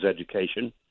education